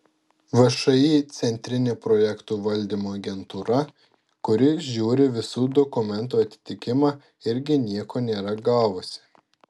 všį centrinė projektų valdymo agentūra kuri žiūri visų dokumentų atitikimą irgi nieko nėra gavusi